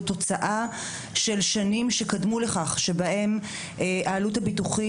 הוא תוצאה של שנים שבהן העלות הביטוחית,